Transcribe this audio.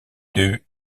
deux